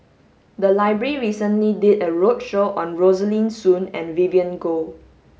the library recently did a roadshow on Rosaline Soon and Vivien Goh